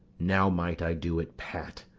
now might i do it pat,